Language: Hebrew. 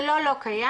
זה לא לא קיים,